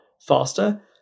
faster